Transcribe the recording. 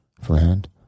friend